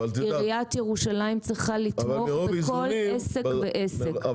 עיריית ירושלים צריכה לתמוך בכל עסק ועסק,